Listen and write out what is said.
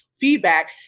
feedback